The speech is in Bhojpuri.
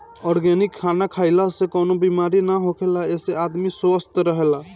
ऑर्गेनिक खाना खइला से कवनो बेमारी ना होखेला एसे आदमी स्वस्थ्य रहेला